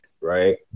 right